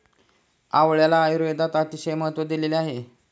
आवळ्याला आयुर्वेदात अतिशय महत्त्व दिलेले आहे